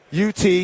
UT